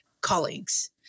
colleagues